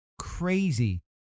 Crazy